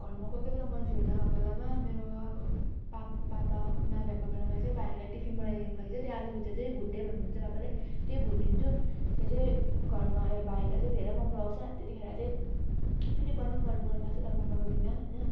घरमा कोही कोही बेला मान्छेहरू नभएको बेलामा मेरो अब पा पापा नाभ्याएको बेलामा चाहिँ भाइहरूलाई टिफिन बनाइदिनुको लागि चाहिँ आलु भुजिया चाहिँ भुट्दे भन्नुहुन्छ पापाले त्यही भुटिदिन्छु त्यो चाहिँ घरमा भाइलाई चाहिँ धेरै मन पराउँछ त्यतिखेर चाहिँ फेरि बनाऊँ बनाऊँ मन लाग्छ तर म बनाउँदिन हैन